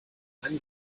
einen